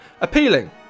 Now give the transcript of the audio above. appealing